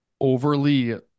overly